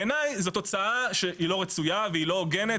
בעיני זאת תוצאה שהיא לא רצויה והיא לא הוגנת